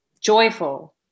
joyful